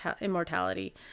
immortality